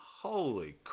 Holy